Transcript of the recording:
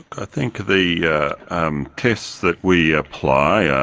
i think the yeah um tests that we apply, ah